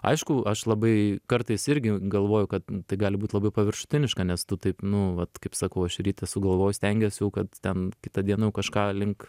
aišku aš labai kartais irgi galvoju kad tai gali būt labai paviršutiniška nes tu taip nu vat kaip sakau aš ryte sugalvoju stengiuosi jau kad ten kitą dieną kažką link